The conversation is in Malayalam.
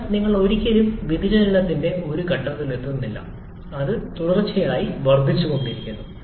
എന്നാൽ നിങ്ങൾ ഒരിക്കലും വ്യതിചലനത്തിന്റെ ഒരു ഘട്ടത്തിലെത്തുന്നില്ല അത് തുടർച്ചയായി വർദ്ധിച്ചുകൊണ്ടിരിക്കുന്നു